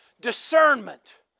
discernment